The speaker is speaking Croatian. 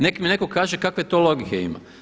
Nek mi neko kaže kakve to logike ima?